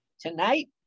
tonight